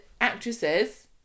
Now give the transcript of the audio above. actresses